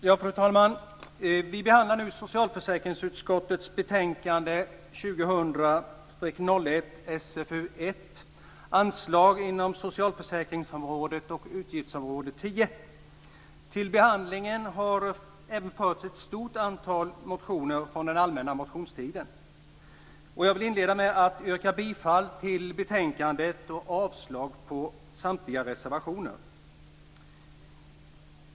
Fru talman! Vi behandlar nu socialförsäkringsutskottets betänkande 2000/01:SfU1 Anslag inom socialförsäkringsområdet, utgiftsområde 10. Till behandlingen har förts ett stort antal motioner från den allmänna motionstiden. Jag vill inleda med att yrka bifall till hemställan i betänkandet och avslag på samtliga reservationer.